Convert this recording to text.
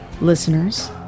listeners